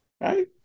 right